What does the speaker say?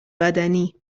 بدنی